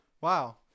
wow